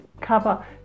cover